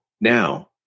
Now